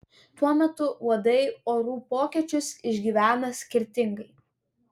tuo metu uodai orų pokyčius išgyvena skirtingai